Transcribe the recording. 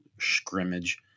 scrimmage